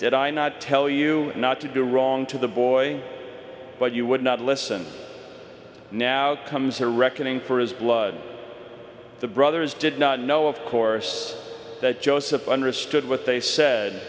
did i not tell you not to do wrong to the boy but you would not listen now comes the reckoning for his blood the brothers did not know of course that joseph understood what they said